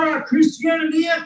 Christianity